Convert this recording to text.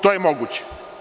To je moguće.